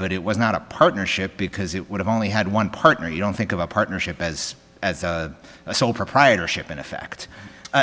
but it was not a partnership because it would have only had one partner you don't think of a partnership as a sole proprietorship in effect